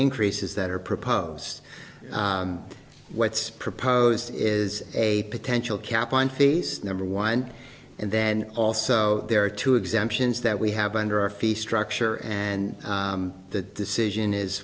increases that are proposed what's proposed is a potential cap on fees number one and then also there are two exemptions that we have under our feet structure and the decision is